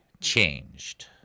changed